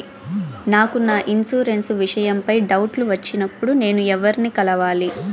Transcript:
నాకు నా ఇన్సూరెన్సు విషయం పై డౌట్లు వచ్చినప్పుడు నేను ఎవర్ని కలవాలి?